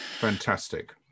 Fantastic